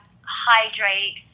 hydrate